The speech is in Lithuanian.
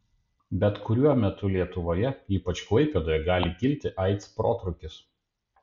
bet kuriuo metu lietuvoje ypač klaipėdoje gali kilti aids protrūkis